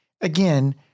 again